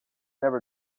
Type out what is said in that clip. never